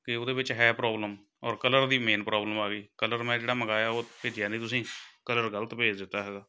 ਕਿ ਉਹਦੇ ਵਿੱਚ ਹੈ ਪ੍ਰੋਬਲਮ ਔਰ ਕਲਰ ਦੀ ਮੇਨ ਪ੍ਰੋਬਲਮ ਆ ਗਈ ਕਲਰ ਮੈਂ ਜਿਹੜਾ ਮੰਗਾਇਆ ਭੇਜਿਆ ਨਹੀਂ ਤੁਸੀਂ ਕਲਰ ਗ਼ਲਤ ਭੇਜ ਦਿੱਤਾ ਹੈਗਾ